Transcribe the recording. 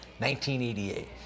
1988